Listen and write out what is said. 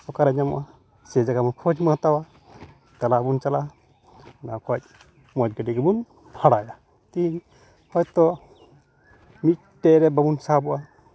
ᱚᱠᱟᱨᱮ ᱧᱟᱢᱚᱜᱼᱟ ᱥᱮ ᱨᱚᱠᱚᱢ ᱠᱷᱚᱡᱽ ᱵᱚᱱ ᱦᱟᱛᱟᱣᱟ ᱛᱟᱞᱚᱦᱮ ᱟᱵᱚ ᱵᱚᱱ ᱪᱟᱞᱟᱜᱼᱟ ᱚᱱᱟ ᱠᱷᱚᱡ ᱢᱚᱡᱽ ᱜᱟᱹᱰᱤ ᱜᱮᱵᱚᱱ ᱵᱷᱟᱲᱟᱭᱟ ᱛᱮᱦᱮᱧ ᱦᱚᱭᱛᱳ ᱢᱤᱫᱴᱮᱡ ᱨᱮ ᱵᱟᱵᱚᱱ ᱥᱟᱦᱚᱵᱚᱜᱼᱟ